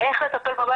וגם אם אנחנו נתכחש לו,